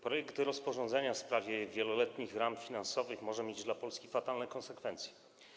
Projekt rozporządzenia w sprawie wieloletnich ram finansowych może mieć dla Polski fatalne konsekwencje.